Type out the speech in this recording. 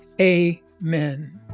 amen